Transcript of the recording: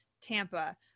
Tampa